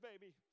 baby